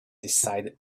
decided